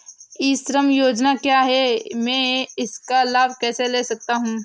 ई श्रम योजना क्या है मैं इसका लाभ कैसे ले सकता हूँ?